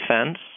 defense